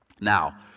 Now